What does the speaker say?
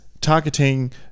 targeting